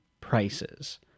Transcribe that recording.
prices